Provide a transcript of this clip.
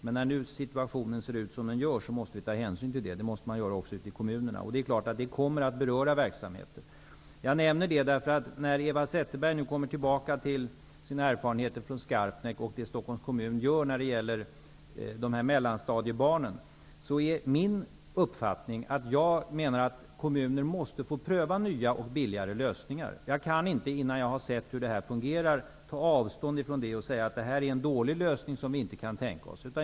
Men när nu situationen ser ut som den gör måste vi ta hänsyn till det, och det måste kommunerna också göra. Det kommer att beröra alla verksamheter. Jag nämner detta därför att Eva Zetterberg kom tillbaka till sina erfarenheter från Skarpnäck och Stockholms kommun om mellanstadiebarnen. Min uppfattning är att kommuner måste få pröva nya och billigare lösningar. Jag kan inte, innan jag har sett hur det fungerar, ta avstånd från en lösning och säga att det är en dålig lösning som vi inte kan tänka oss.